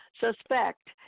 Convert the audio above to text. suspect